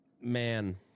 man